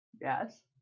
Yes